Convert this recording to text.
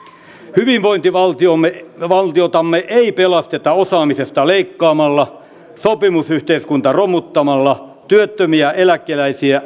hyvinvointivaltiotamme ei pelasteta osaamisesta leikkaamalla sopimusyhteiskunta romuttamalla työttömiä eläkeläisiä